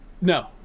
No